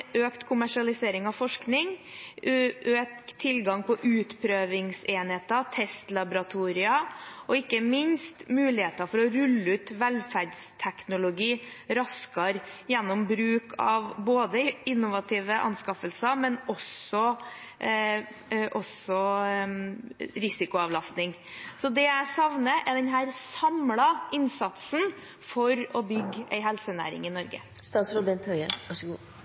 å rulle ut velferdsteknologi raskere gjennom bruk av både innovative anskaffelser og risikoavlastning. Det jeg savner, er den samlede innsatsen for å bygge en helsenæring i